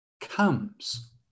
comes